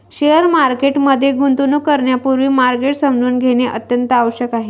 share market मध्ये गुंतवणूक करण्यापूर्वी मार्केट समजून घेणे अत्यंत आवश्यक आहे